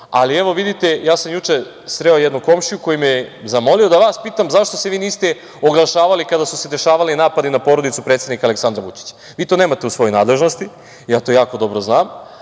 ali evo vidite, ja sam juče sreo jednog komšiju koji me je zamolio da vas pitam zašto se niste oglašavali kada su se dešavali napadi na porodicu predsednika Aleksandra Vučića? Vi to nemate u svojoj nadležnosti, to jako dobro znam,